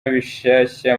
bishasha